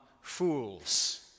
fools